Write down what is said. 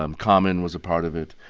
um common was a part of it,